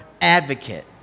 advocate